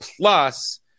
plus